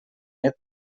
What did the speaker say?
net